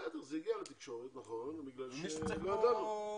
בסדר, זה הגיע לתקשורת, נכון, בגלל שלא ידענו.